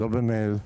לא במייל,